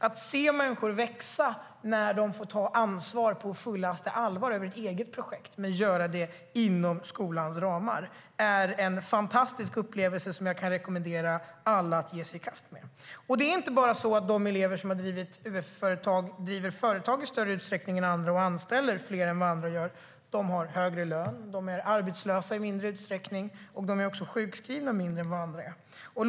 Att se människor växa när de på fullaste allvar får ta ansvar för egna projekt, men inom skolans ramar, är en fantastisk upplevelse som jag kan rekommendera alla att ge sig i kast med. Det är inte bara så att de elever som har drivit UF-företag driver företag i större utsträckning än andra och anställer fler än vad andra gör. De har högre lön, är arbetslösa i mindre utsträckning och är inte sjukskrivna i samma utsträckning som andra är.